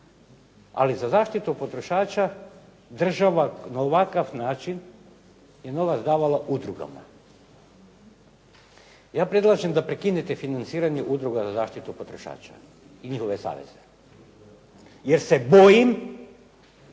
ali za zaštitu potrošača država na ovakav način je novac davala udrugama. Ja predlažem da prekinete financiranje udruga za zaštitu potrošača i njihove saveze, jer se bojim